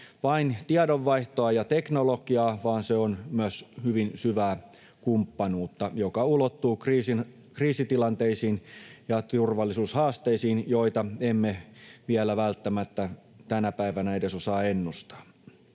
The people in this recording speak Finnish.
vain tiedonvaihtoa ja teknologiaa, vaan se on myös hyvin syvää kumppanuutta, joka ulottuu kriisitilanteisiin ja turvallisuushaasteisiin, joita emme vielä välttämättä tänä päivänä edes osaa ennustaa.